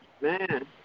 man